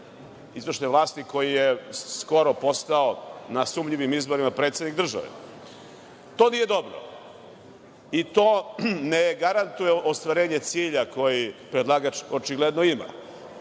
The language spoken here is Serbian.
izvršne vlasti koji je skoro postao na sumnjivim izborima predsednik države. To nije dobro, i to ne garantuje ostvarenje cilja koji predlagač očigledno ima. Zato